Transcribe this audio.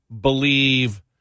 believe